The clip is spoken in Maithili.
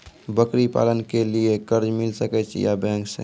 बकरी पालन के लिए कर्ज मिल सके या बैंक से?